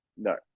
No